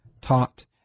taught